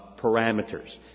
parameters